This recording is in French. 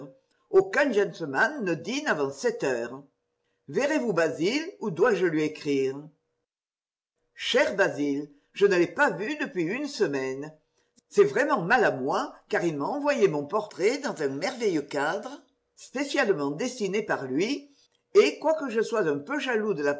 aucun gentleman ne dîne avant sept heures verrez-vous basil ou dois-je lui écrire cher basil je ne l'ai pas vu depuis une semaine c'est vraiment mal à moi car il m'a envoyé mon portrait dans un merveilleux cadre spécialement dessine par lui et quoique je sois un peu jaloux de